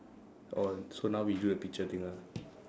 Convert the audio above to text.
oh so now we do the picture thing ah